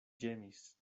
ĝemis